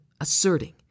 asserting